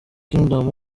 kingdom